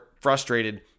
frustrated